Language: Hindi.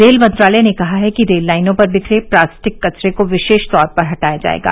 रेल मंत्रालय ने कहा है कि रेललाइनों पर बिखरे प्लास्टिक कचरे को विशेष तौर पर हटाया जाएगा